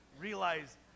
realize